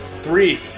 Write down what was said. Three